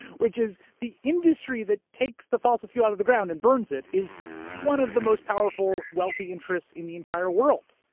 which is the industry that takes the fossil fuel out of the ground and burns is one of the most powerful, wealthy interests in the entire world.